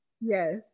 yes